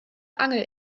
angel